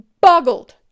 boggled